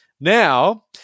Now